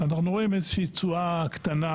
אנחנו רואים איזה שהיא תשואה קטנה,